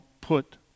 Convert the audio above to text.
put